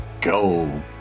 go